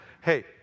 Hey